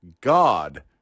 God